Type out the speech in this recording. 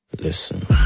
listen